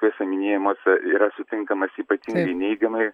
tuose minėjimuose yra sutinkamas ypatingai neigiamai